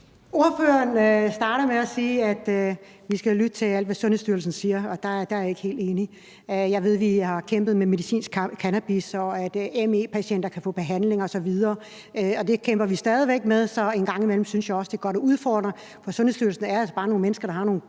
Ordføreren starter med at sige, at vi skal lytte til alt, hvad Sundhedsstyrelsen siger, og der er jeg ikke helt enig. Jeg ved, at vi har kæmpet for medicinsk cannabis, og at ME-patienter kan få behandling osv. Og det kæmper vi stadig væk med, så en gang imellem synes jeg også, at det er godt at udfordre dem, for Sundhedsstyrelsen er altså bare nogle mennesker, der har nogle